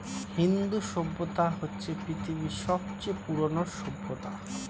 হিন্দু সভ্যতা হচ্ছে পৃথিবীর সবচেয়ে পুরোনো সভ্যতা